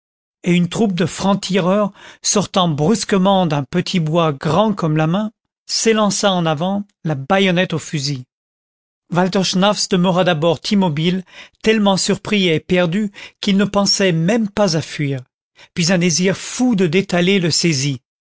et une troupe de francs-tireurs sortant brusquement d'un petit bois grand comme la main s'élança en avant la baïonnette au fusil walter schnaffs demeura d'abord immobile tellement surpris et éperdu qu'il ne pensait même pas à fuir puis un désir fou de détaler le saisit